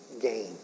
gain